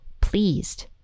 pleased